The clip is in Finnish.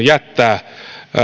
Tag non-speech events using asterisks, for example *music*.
*unintelligible* jättää